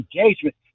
engagement